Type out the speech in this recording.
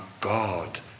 God